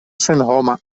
senhoma